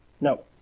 No